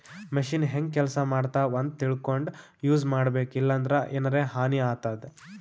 machine ಹೆಂಗ್ ಕೆಲಸ ಮಾಡ್ತಾವ್ ಅಂತ್ ತಿಳ್ಕೊಂಡ್ ಯೂಸ್ ಮಾಡ್ಬೇಕ್ ಇಲ್ಲಂದ್ರ ಎನರೆ ಹಾನಿ ಆತದ್